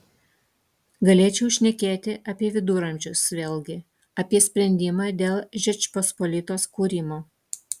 galėčiau šnekėti apie viduramžius vėlgi apie sprendimą dėl žečpospolitos kūrimo